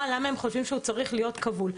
למה הם חושבים שהוא צריך להיות כבול.